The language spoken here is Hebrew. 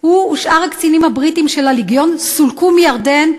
הוא ושאר הקצינים הבריטים של הלגיון סולקו מירדן,